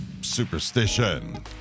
Superstition